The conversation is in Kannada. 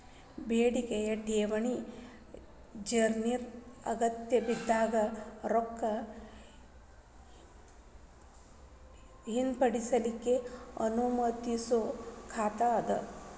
ಬೇಡಿಕೆಯ ಠೇವಣಿಗಳು ಜನ್ರಿಗೆ ಅಗತ್ಯಬಿದ್ದಾಗ್ ರೊಕ್ಕ ಹಿಂಪಡಿಲಿಕ್ಕೆ ಅನುಮತಿಸೊ ಖಾತಾ ಅದ